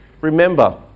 Remember